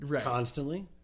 constantly